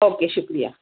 okay شکریہ